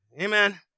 Amen